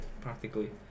practically